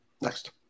Next